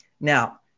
Now